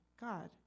God